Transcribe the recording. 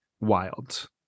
wild